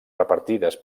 repartides